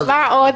את מסכימה אתי,